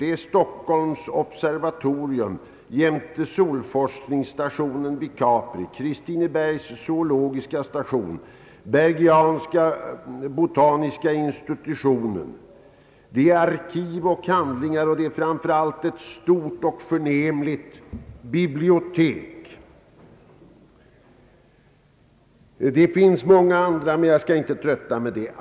Det är Stockholms observatorium jämte solforskningsstationen på Capri, Kristinebergs zoologiska station, Bergianska botaniska institutionen, det är arkiv och handlingar, och det är framför allt ett stort och förnämligt bibliotek. Det finns mycket annat, men jag skall inte trötta med det.